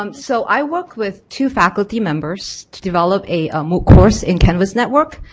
um so i work with two faculty members to develop a mooc course in canvas network.